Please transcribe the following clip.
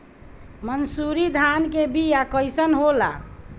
मनसुरी धान के बिया कईसन होला?